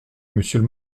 monsieur